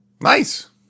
Nice